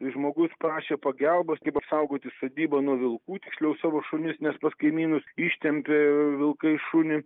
žmogus prašė pagalbos kaip apsaugoti sodybą nuo vilkų tiksliau savo šunis nes pas kaimynus ištempė vilkai šunį